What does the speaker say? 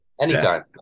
anytime